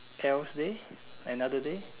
else day another day